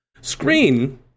Screen